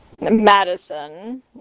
Madison